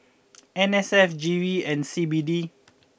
N S F G V and C B D